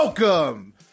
Welcome